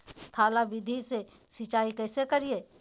थाला विधि से सिंचाई कैसे करीये?